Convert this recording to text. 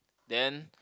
then